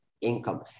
income